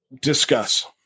discuss